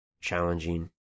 challenging